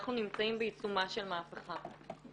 אנחנו נמצאים בעיצומה של מהפכה.